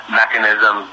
mechanism